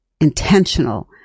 intentional